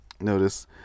Notice